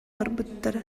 барбыттара